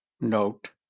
note